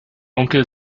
onkel